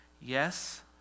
Yes